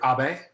Abe